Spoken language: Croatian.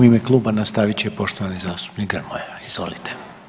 U ime kluba nastavit će poštovani zastupnik Grmoja, izvolite.